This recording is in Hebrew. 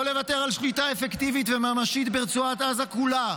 לא לוותר על שליטה אפקטיבית וממשית ברצועת עזה כולה,